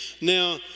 Now